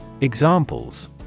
Examples